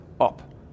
up